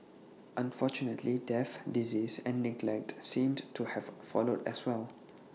unfortunately death disease and neglect seemed to have followed as well